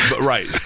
Right